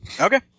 Okay